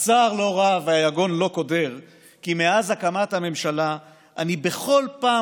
הצער לא רב והיגון לא קודר כי מאז הקמת הממשלה אני בכל פעם